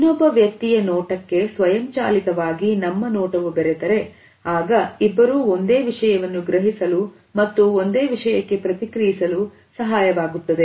ಇನ್ನೊಬ್ಬ ವ್ಯಕ್ತಿಯ ನೋಟಕ್ಕೆ ಸ್ವಯಂಚಾಲಿತವಾಗಿ ನಮ್ಮ ನೋಟವು ಬೆರೆತರೆ ಆಗ ಇಬ್ಬರೂ ಒಂದೇ ವಿಷಯವನ್ನು ಗ್ರಹಿಸಲು ಮತ್ತು ಒಂದೇ ವಿಷಯಕ್ಕೆ ಪ್ರತಿಕ್ರಿಯಿಸಲು ಸಹಾಯವಾಗುತ್ತದೆ